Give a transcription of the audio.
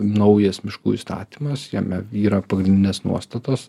naujas miškų įstatymas jame yra pagrindinės nuostatos